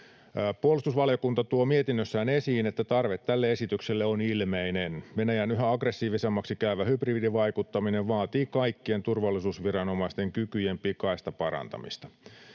Puolustusvaliokunta tuo mietinnössään esiin, että tarve tälle esitykselle on ilmeinen. Venäjän yhä aggressiivisemmaksi käyvä hybridivaikuttaminen vaatii kaikkien turvallisuusviranomaisten kykyjen pikaista parantamista.